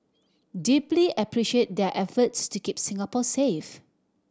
deeply appreciate their efforts to keep Singapore safe